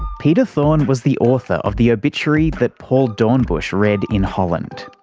peter thorne was the author of the obituary that paul doornbusch read in holland.